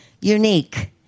unique